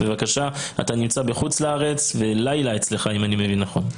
אתה נמצא בחוץ לארץ ולילה אצלך אם אני מבין נכון.